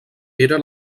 era